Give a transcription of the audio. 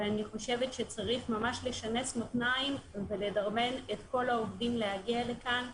ואני חושבת שצריך ממש לשנס מותניים ולדרבן את כל העובדים להגיע לכאן.